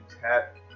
tap